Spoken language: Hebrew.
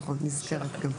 בסדר.